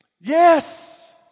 Yes